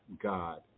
God